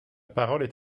parole